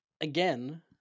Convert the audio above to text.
again